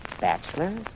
Bachelor